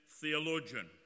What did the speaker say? theologian